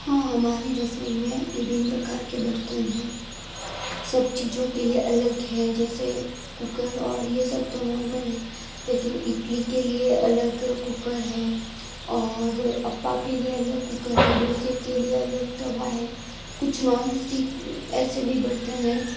हाँ हमारी रसोई में विभिन्न प्रकार के बर्तन हैं सब चीज़ों के लिए अलग है जैसे कुकर और ये सब तो नार्मल है लेकिन इडली के लिए अलग कुकर है और अप्पा के लिए अलग कुकर है डोसे के लिए अलग तवा है कुछ नोनस्टिक ऐसे भी बर्तन है